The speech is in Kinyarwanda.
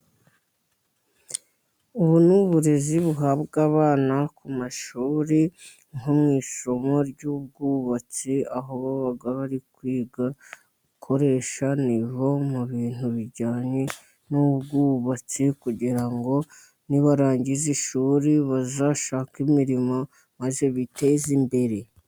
Ubu ni uburezi buhabwa abana ku mashuri, nko mu isomo ry'ubwubatsi. Aho baba bari kwiga gukoresha nivo mu bintu bijyanye n'ubwubatsi, kugira ngo nibarangiza ishuri bazashake imirimo maze biteze imbere.